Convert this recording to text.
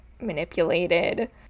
manipulated